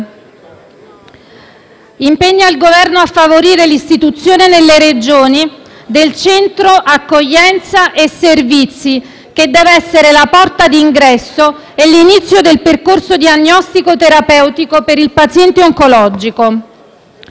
impegna il Governo a favorire l'istituzione nelle Regioni del centro accoglienza e servizi, che deve essere la porta d'ingresso e l'inizio del percorso diagnostico-terapeutico per il paziente oncologico;